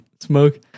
smoke